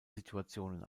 situationen